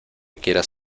quieras